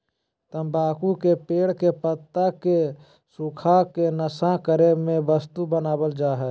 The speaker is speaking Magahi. तम्बाकू के पेड़ के पत्ता के सुखा के नशा करे के वस्तु बनाल जा हइ